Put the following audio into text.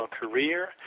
career